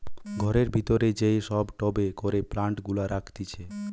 ঘরের ভিতরে যেই সব টবে করে প্লান্ট গুলা রাখতিছে